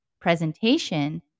presentation